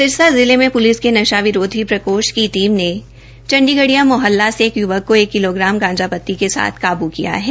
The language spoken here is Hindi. सिरसा जिला में प्लिस के नशा विरोधी प्रकोष्ठ की टीम ने चंडीगढ़िया मोहल्ला से एक य्वक को एक किलोग्राम गांजा पती के साथ काबू किया है